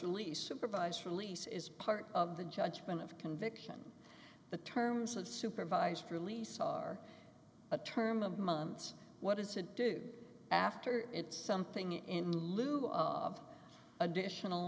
release is part of the judgment of conviction the terms of supervised release are a term of months what does it do after it's something in lieu of additional